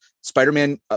Spider-Man